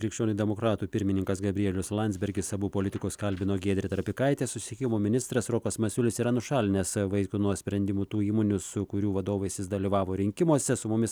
krikščionių demokratų pirmininkas gabrielius landsbergis abu politikus kalbino giedrė trapikaitė susisiekimo ministras rokas masiulis yra nušalinęs vaitkų nuo sprendimų tų įmonių su kurių vadovais jis dalyvavo rinkimuose su mumis